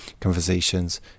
conversations